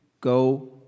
Go